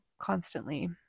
constantly